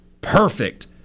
perfect